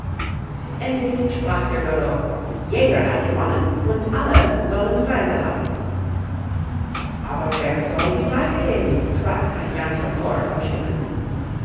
endlich sprach der dodo jeder hat gewonnen und alle sollen preise haben aber wer soll die preise geben fragte ein ganzer chor von stimmen